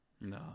No